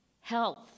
health